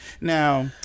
Now